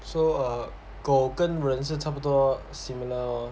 so err 狗跟人是差不多 similar